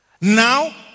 Now